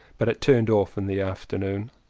but it turned off in the afternoon.